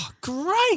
Great